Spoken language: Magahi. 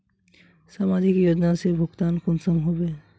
समाजिक योजना से भुगतान कुंसम होबे?